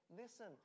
Listen